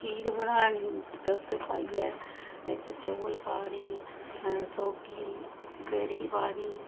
खीर बनानी दुदध पाइये बिच्च चौल पाने सौगी गरी पानी